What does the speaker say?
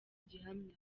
gihamya